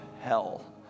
hell